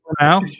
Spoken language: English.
now